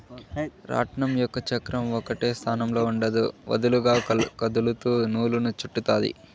రాట్నం యొక్క చక్రం ఒకటే స్థానంలో ఉండదు, వదులుగా కదులుతూ నూలును చుట్టుతాది